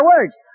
words